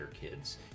kids